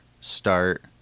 start